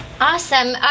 Awesome